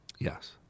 Yes